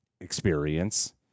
experience